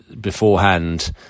beforehand